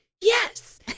yes